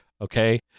Okay